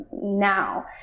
now